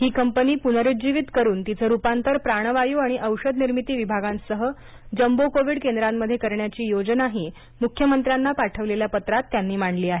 ही company पुनरुज्जीवित करून तिचं रुपांतर प्राणवायू आणि औषध निर्मिती विभागांसह जंबो कोव्हिड केंद्रामध्ये करण्याची योजनाही मुख्यमंत्र्यांना पाठवलेल्या पत्रात त्यांनी मांडली आहे